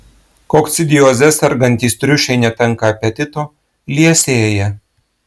kokcidioze sergantys triušiai netenka apetito liesėja